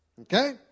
Okay